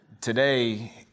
today